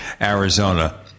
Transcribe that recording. Arizona